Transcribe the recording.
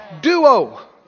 duo